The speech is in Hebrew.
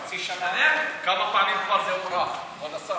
חצי שנה, כמה פעמים זה כבר הובא, כבוד השר?